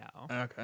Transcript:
Okay